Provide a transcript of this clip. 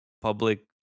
public